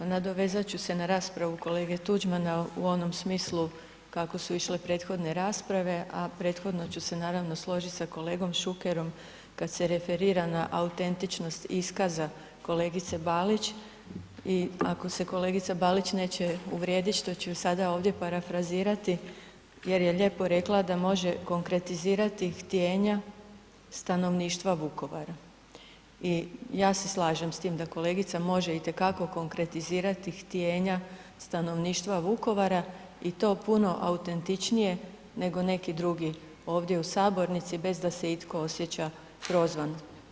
Nadovezat ću se na raspravu kolege Tuđmana u onom smislu kako su išle prethodne rasprave, a prethodno ću se, naravno složiti s kolegom Šukerom, kad se referira na autentičnost iskaza kolegice Balić i ako se kolegice Balić neće uvrijediti što ću je sada ovdje parafrazirati jer je lijepo rekla da može konkretizirati htjenja stanovništva Vukovara i ja se slažem s tim da kolegica može itekako konkretizirati htjenja stanovništva Vukovara i to puno autentičnije nego neki drugi ovdje u sabornici, bez da se itko osjeća prozvan.